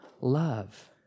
love